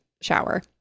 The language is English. shower